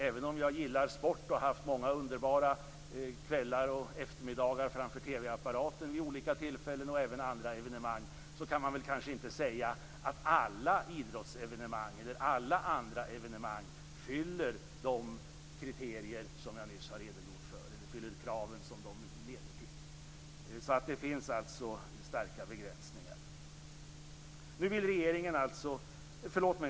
Även om jag gillar sport och har haft många underbara kvällar och eftermiddagar vid TV-apparaten vid olika tillfällen, och även vid många andra evenemang, kan man inte säga att alla idrottsevenemang eller alla andra evenemang fyller kraven som de kriterier som jag nyss redogjort för leder till. Det finns alltså starka begränsningar.